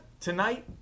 Tonight